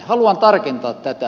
haluan tarkentaa tätä